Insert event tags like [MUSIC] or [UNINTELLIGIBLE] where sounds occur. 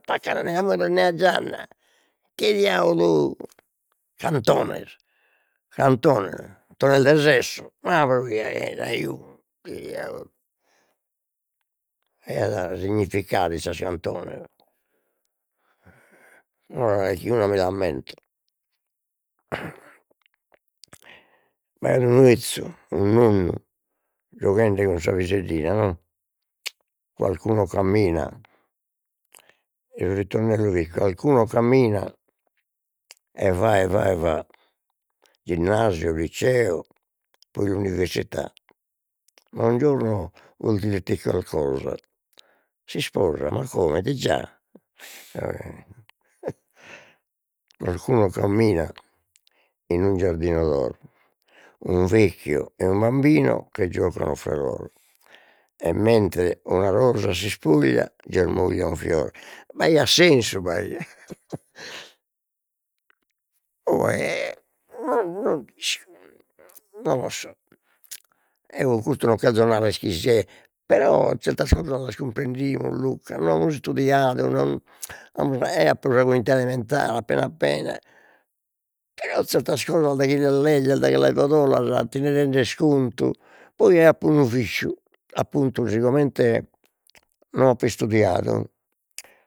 No attaccan nè a muru nè a gianna, ite diaulu cantones, cantones cantones de sesso, ma pro piaher ajo dialu e at significadu in sas cantones ora calchiuna mi l'ammento, b'aiat unu 'ezzu unu nonnu gioghende cun sa piseddina no, qualcuno cammina il ritornello fit qualcuno cammina e va e va e va ginnasio, liceo, puru università, buongiorno voglio dirti qualcosa, si sposa ma come di già e qualcuno cammina in un giardino d'oro, un vecchio e un bambino che giocano fra loro e mentre una rosa si spoglia, germoglia un fiore, b'aiat sensu b'aiat [LAUGHS] oe [HESITATION] [UNINTELLIGIBLE] non lo so eo custu non cherzo narrer chi siet, però zerta cosas las cumprendimus Luca no amus istudiadu [HESITATION] eo apo sa quinta elementare, appena appena però zerta cosas, daghi ti las legges, daghi sas bodales ti nde rendes contu, poi eo apo unu visciu, appuntu si comente no apo istudiadu